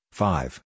five